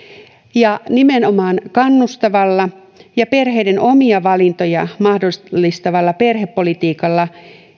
nimenomaan kannustavalla ja perheiden omia valintoja mahdollistavalla perhepolitiikalla